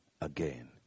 again